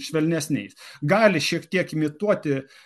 švelnesniais gali šiek tiek imituoti